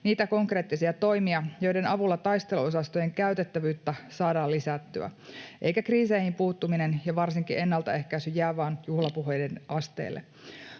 niitä konkreettisia toimia, joiden avulla taisteluosastojen käytettävyyttä saadaan lisättyä eikä kriiseihin puuttuminen ja varsinkin ennalta ehkäisy jää vain juhlapuheiden asteelle.